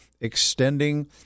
extending